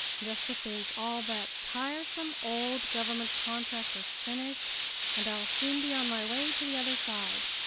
just to think all that tiresome old government contract is finished and i'll soon be on my way to the other side!